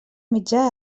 mitjà